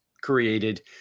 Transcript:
created